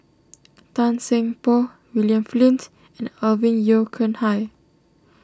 Tan Seng Poh William Flint and Alvin Yeo Khirn Hai